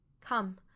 Come